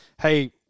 hey –